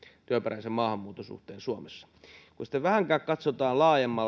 työperäisen maahanmuuton suhteen suomessa kun sitten vähänkään katsotaan laajemmin